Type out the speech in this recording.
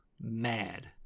mad